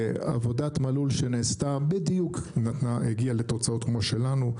עבודת מלול שנעשתה בדיוק הגיעה לתוצאות כמו שלנו,